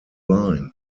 line